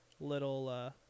little